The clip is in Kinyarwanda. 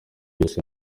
yose